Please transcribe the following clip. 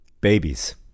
Babies